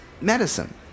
medicine